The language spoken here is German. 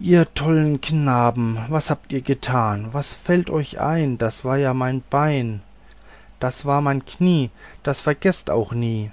ihr tollen knaben was habt ihr getan was fällt euch ein das war ja mein bein das war ja mein knie das vergeßt auch nie